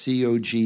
COG